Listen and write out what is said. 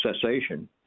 cessation